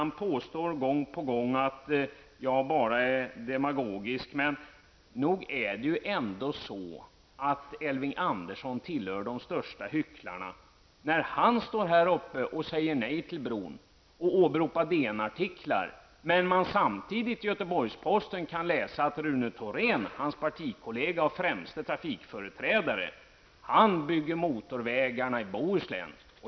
Han påstod gång på gång att jag bara var demagogisk, men nog är det Elving Andersson som tillhör de största hycklarna när han säger nej till bron och åberopar DN-artiklar, medan man samtidigt kan läsa i Göteborgs-Posten att Rune Thorén -- Elving Bohuslän.